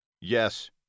Yes